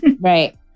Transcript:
right